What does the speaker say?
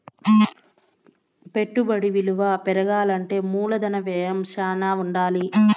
పెట్టుబడి విలువ పెరగాలంటే మూలధన వ్యయం శ్యానా ఉండాలి